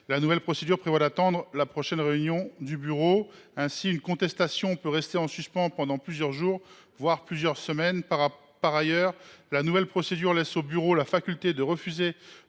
la nouvelle procédure prévoit d’attendre la prochaine réunion du Bureau. Ainsi une contestation pourrait elle rester en suspens pendant plusieurs jours, voire plusieurs semaines. D’autre part, la nouvelle procédure laisse au Bureau la faculté de refuser